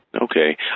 Okay